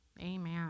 Amen